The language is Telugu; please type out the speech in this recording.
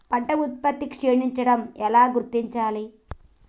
పంట ఉత్పత్తి క్షీణించడం ఎలా గుర్తించాలి?